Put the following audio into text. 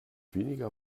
weniger